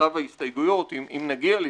בשלב ההסתייגויות, אם נגיע לשם,